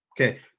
Okay